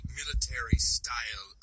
military-style